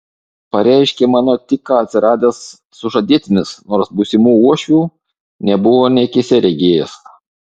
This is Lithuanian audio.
pareiškė mano tik ką atsiradęs sužadėtinis nors būsimų uošvių nebuvo nė akyse regėjęs